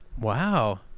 Wow